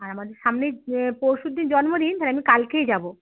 আর আমাদের সামনেই পরশু দিন জন্মদিন তাহলে আমি কালকেই যাবো